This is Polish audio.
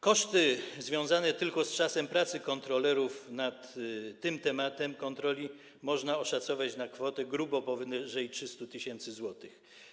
Koszty związane tylko z czasem pracy kontrolerów nad tym tematem kontroli można oszacować na kwotę grubo powyżej 300 tys. zł.